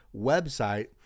website